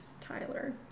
Tyler